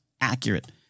Accurate